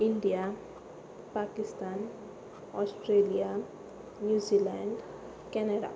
India Pakistan Australia New Zealand Canada